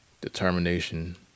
Determination